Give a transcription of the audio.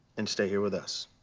and stay here with us.